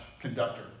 conductor